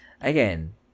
again